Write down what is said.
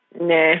Nah